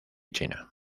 china